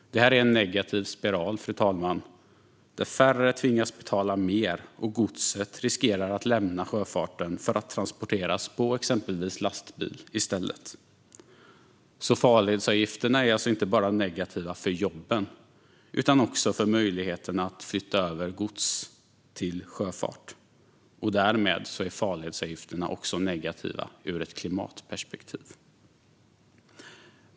Detta är en negativ spiral, fru talman, där färre tvingas betala mer och godset riskerar att lämna sjöfarten för att i stället transporteras på exempelvis lastbil. Farledsavgifterna är alltså inte bara negativa för jobben, utan också för möjligheterna att flytta över godstransporter till sjöfart. Därmed är farledsavgifterna också negativa ur ett klimatperspektiv.